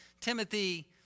Timothy